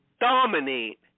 dominate